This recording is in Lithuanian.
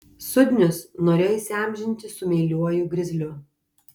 sudnius norėjo įsiamžinti su meiliuoju grizliu